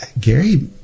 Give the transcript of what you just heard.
Gary